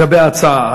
לגבי ההצעה?